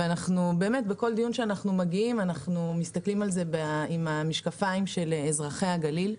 בכל דיון שאנחנו מגיעים אנחנו מסתכלים על זה במשקפיים של אזרחי הגליל.